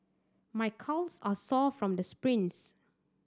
my calves are sore from the sprints